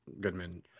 Goodman